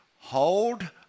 hold